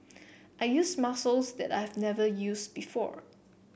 I use muscles that I've never use before